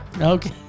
Okay